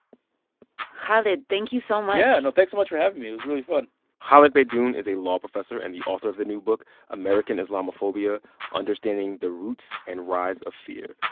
khaled, thank you so much yeah. no, thanks so much for having me. it was really fun khaled beydoun is a law professor and the author of the new book american islamophobia understanding the roots and rise of fear.